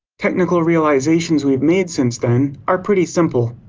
technical realizations we've made since then are pretty simple.